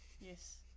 Yes